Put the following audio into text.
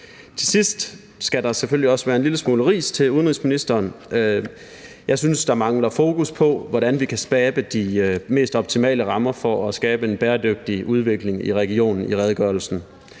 Til sidst skal der selvfølgelig også være en lille smule ris til udenrigsministeren: Jeg synes, der mangler fokus på, hvordan vi kan skabe de mest optimale rammer for at skabe en bæredygtig udvikling i regionen, i redegørelsen.